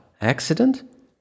Accident